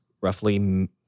roughly